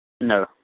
No